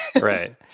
Right